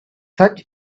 such